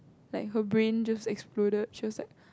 like her brain just exploded she was like